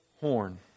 horn